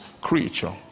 creature